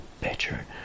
better